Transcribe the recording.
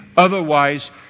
Otherwise